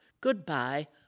goodbye